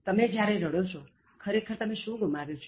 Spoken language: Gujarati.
તમે જ્યારે રડો છો ખરેખર તમે શું ગુમાવ્યું છે